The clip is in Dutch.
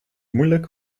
moeilijk